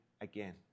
again